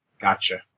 Gotcha